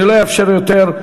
אני לא אאפשר יותר,